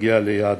יגיע ליעדה.